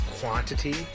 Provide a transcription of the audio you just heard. quantity